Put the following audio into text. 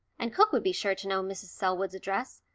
and cook would be sure to know mrs. selwood's address,